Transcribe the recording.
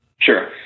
Sure